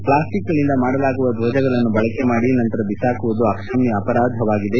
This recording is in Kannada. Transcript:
ಪ್ಲಾಸ್ಟಿಕ್ಗಳಿಂದ ಮಾಡಲಾಗುವ ಧ್ವಜಗಳನ್ನು ಬಳಕೆ ಮಾಡಿ ನಂತರ ಬಿಸಾಕುವುದು ಅಕ್ಷಮ್ಮ ಅಪರಾಧವಾಗಿದೆ